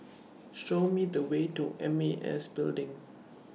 Show Me The Way to M A S Building